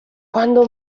quando